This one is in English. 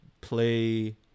play